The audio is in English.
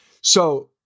So-